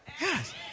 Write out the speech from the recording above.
Yes